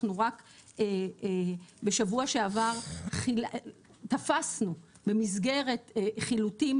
אנחנו רק בשבוע שעבר תפסנו במסגרת חילוטים